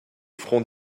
front